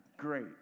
great